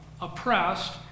oppressed